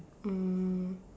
um